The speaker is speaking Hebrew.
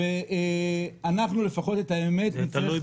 אתה צריך בג"ץ כדי --- תקציב?